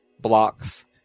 blocks